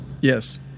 Yes